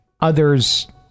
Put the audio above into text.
Others